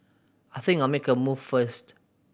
I think I'll make a move first